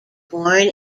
born